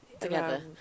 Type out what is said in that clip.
together